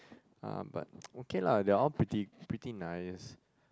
uh but okay lah they are all pretty pretty nice